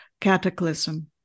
Cataclysm